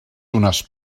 unes